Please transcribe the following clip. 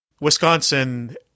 wisconsin